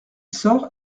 sort